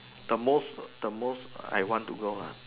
the most the most I want to go uh